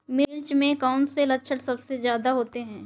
मिर्च में कौन से लक्षण सबसे ज्यादा होते हैं?